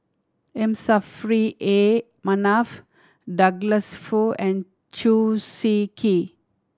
M Saffri A Manaf Douglas Foo and Chew Swee Kee